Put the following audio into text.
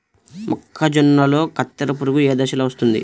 మొక్కజొన్నలో కత్తెర పురుగు ఏ దశలో వస్తుంది?